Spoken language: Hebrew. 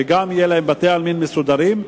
שגם להם יהיו בתי-עלמין מסודרים,